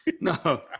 no